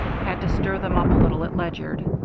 had to stir them up a little at ledyard.